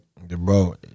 Bro